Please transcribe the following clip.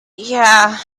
yeah